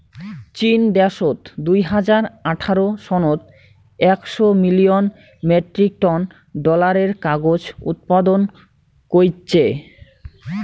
চীন দ্যাশত দুই হাজার আঠারো সনত একশ মিলিয়ন মেট্রিক টন ডলারের কাগজ উৎপাদন কইচ্চে